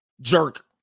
jerk